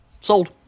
Sold